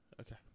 Okay